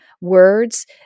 words